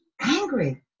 angry